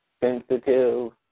sensitive